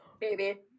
Baby